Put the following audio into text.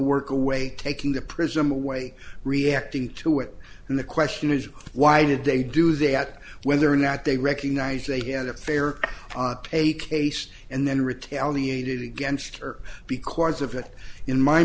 work away taking the prism away reacting to it and the question is why did they do that whether or not they recognize they had a fair case and then retaliated against her because of it in my